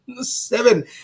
Seven